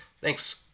Thanks